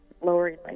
lowering